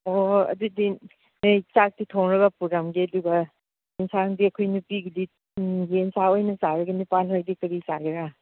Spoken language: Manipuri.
ꯑꯣ ꯑꯗꯨꯗꯤ ꯑꯩ ꯆꯥꯛꯇꯤ ꯊꯣꯡꯂꯒ ꯄꯨꯔꯝꯒꯦ ꯑꯗꯨꯒ ꯑꯦꯟꯁꯥꯡꯗꯤ ꯑꯩꯈꯣꯏ ꯅꯨꯄꯤꯒꯤꯗꯤ ꯌꯦꯟꯁꯥ ꯑꯣꯏꯅ ꯆꯥꯔꯒꯦ ꯅꯨꯄꯥ ꯅꯣꯏꯗꯤ ꯀꯔꯤ ꯆꯥꯒꯦꯔꯥ